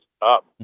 up